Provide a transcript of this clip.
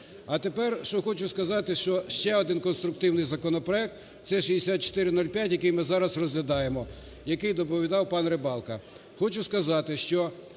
А тепер, що хочу сказати, що ще один конструктивний законопроект – це 6405, який ми зараз розглядаємо, який доповідав пан Рибалка.